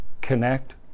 connect